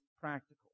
practical